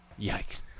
Yikes